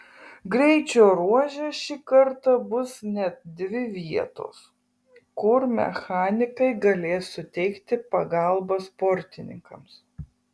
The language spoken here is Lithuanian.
greičio ruože šį kartą bus net dvi vietos kur mechanikai galės suteikti pagalbą sportininkams